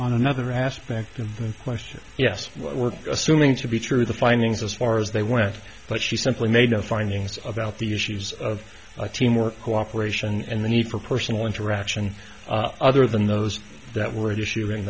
on another aspect of the question yes what we're assuming to be true the findings as far as they went but she simply made a findings about the issues of a team or cooperation and the need for personal interaction other than those that were issuing